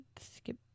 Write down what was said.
skip